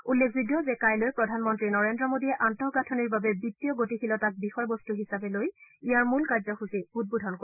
উল্লেখযোগ্য যে কাইলৈ প্ৰধানমন্ত্ৰী নৰেন্দ্ৰ মোদীয়ে আন্তঃগাঁথনিৰ বাবে বিত্তীয় গতিশীলতাক বিষয়বস্ত হিচাপে লৈ ইয়াৰ মূল কাৰ্যসূচী উদ্বোধন কৰিব